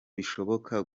bishoboka